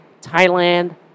Thailand